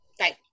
Right